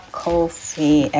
coffee